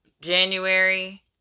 January